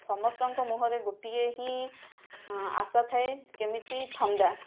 ସମସ୍ତଙ୍କ ମୁଁହରେ ଗୋଟିଏ ହିଁ ଆଶା ଥାଏ କେମିତି ଥଣ୍ଡା